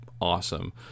awesome